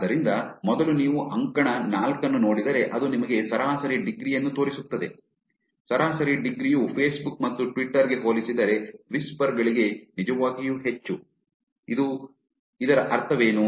ಆದ್ದರಿಂದ ಮೊದಲು ನೀವು ಅಂಕಣ ನಾಲ್ಕನ್ನು ನೋಡಿದರೆ ಅದು ನಿಮಗೆ ಸರಾಸರಿ ಡಿಗ್ರಿ ಯನ್ನು ತೋರಿಸುತ್ತದೆ ಸರಾಸರಿ ಡಿಗ್ರಿ ಯು ಫೇಸ್ಬುಕ್ ಮತ್ತು ಟ್ವಿಟರ್ ಗೆ ಹೋಲಿಸಿದರೆ ವಿಸ್ಪರ್ ಗಳಿಗೆ ನಿಜವಾಗಿಯೂ ಹೆಚ್ಚು ಇದರ ಅರ್ಥವೇನು